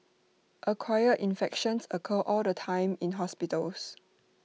acquired infections occur all the time in hospitals